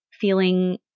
feeling